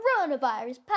coronavirus